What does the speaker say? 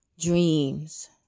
dreams